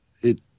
it-